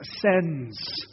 ascends